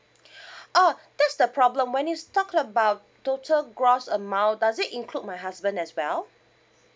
oh okay that's the problem when you talk about total gross amount does it include my husband as well